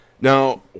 Now